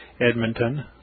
Edmonton